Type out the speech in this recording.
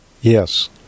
Yes